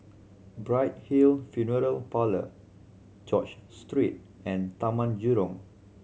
Bright Hill Funeral Parlour George Street and Taman Jurong